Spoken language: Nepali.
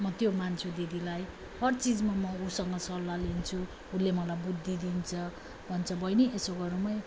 म त्यो मान्छु दिदीलाई हर चिजमा म उसँग सल्लाह लिन्छु उसले मलाई बुद्धि दिन्छ भन्छ बहिनी यसो गरौँ है